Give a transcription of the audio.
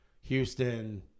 Houston